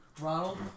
Ronald